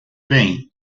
bem